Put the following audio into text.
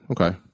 okay